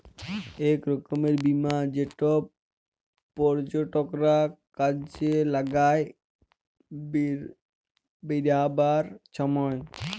ইক রকমের বীমা যেট পর্যটকরা কাজে লাগায় বেইরহাবার ছময়